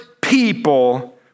people